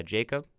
Jacob